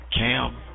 Cam